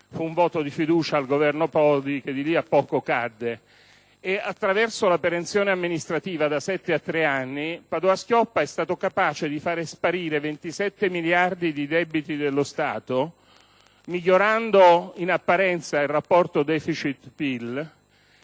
fu un voto di fiducia al Governo Prodi che di lì a poco cadde. Attraverso la perenzione amministrativa da sette a tre anni, Padoa-Schioppa è stato capace di far sparire 27 miliardi di debiti dello Stato, migliorando in apparenza il rapporto tra *deficit*